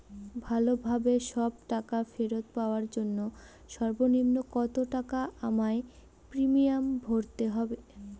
ভালোভাবে সব টাকা ফেরত পাওয়ার জন্য সর্বনিম্ন কতটাকা আমায় প্রিমিয়াম ভরতে হবে?